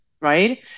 right